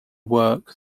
work